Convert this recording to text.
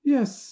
Yes